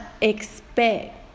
expect